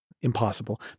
Impossible